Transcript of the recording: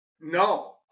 no